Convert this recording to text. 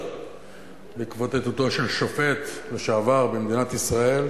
בעקבות עדותו של שופט לשעבר במדינת ישראל,